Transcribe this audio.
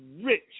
rich